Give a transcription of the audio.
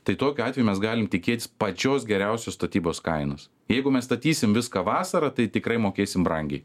tai tokiu atveju mes galim tikėtis pačios geriausios statybos kainos jeigu mes statysim viską vasarą tai tikrai mokėsim brangiai